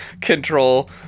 control